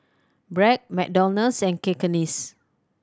Bragg McDonald's and Cakenis